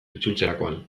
itzultzerakoan